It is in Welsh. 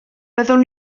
byddwn